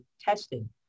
testing